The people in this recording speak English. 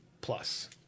Plus